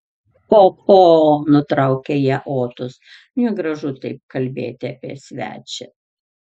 ho ho nuraukė ją otus negražu taip kalbėti apie svečią